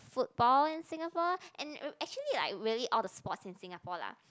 football in Singapore and actually like really all the sports in Singapore lah